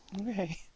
Okay